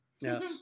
yes